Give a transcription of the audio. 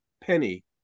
penny